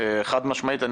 חד-משמעית,